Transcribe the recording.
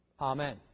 Amen